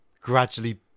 gradually